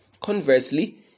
Conversely